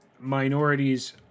minorities